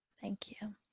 thank you.